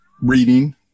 reading